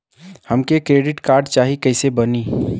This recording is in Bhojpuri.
हमके क्रेडिट कार्ड चाही कैसे बनी?